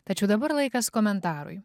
tačiau dabar laikas komentarui